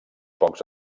pocs